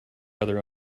other